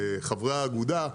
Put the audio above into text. חברי האגודה.